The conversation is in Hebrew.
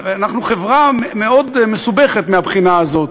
אנחנו חברה מאוד מסובכת מהבחינה הזאת,